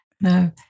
No